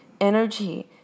energy